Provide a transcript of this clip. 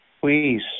Please